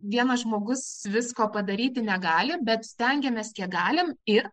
vienas žmogus visko padaryti negali bet stengiamės kiek galim ir